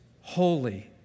holy